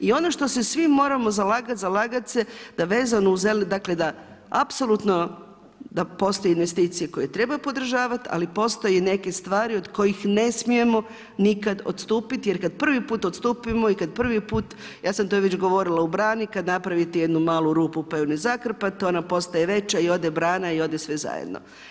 I ono što se svi moramo zalagati se da vezano u LNG, dakle da apsolutno postoje investicije koje treba podržati, ali postoje i neke stvari od kojih ne smijemo nikad odstupiti jer kad prvi put odstupimo i kad prvi put, ja sam to već govorila, u brani kad napravite jednu malu rupu pa ju ne zakrpate, ona postaje veća i ode brana i ode sve zajedno.